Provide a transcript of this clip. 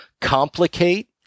complicate